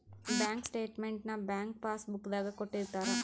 bank statement ನ bank passbook ದಾಗ ಕೊಟ್ಟಿರ್ತಾರ